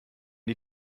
die